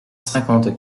cinquante